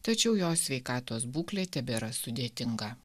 tačiau jo sveikatos būklė tebėra sudėtinga